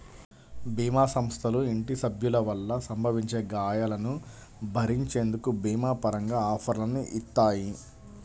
భీమా సంస్థలు ఇంటి సభ్యుల వల్ల సంభవించే గాయాలను భరించేందుకు భీమా పరంగా ఆఫర్లని ఇత్తాయి